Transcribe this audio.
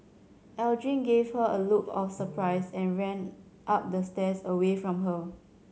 Aldrin gave her a look of surprise and ran up the stairs away from her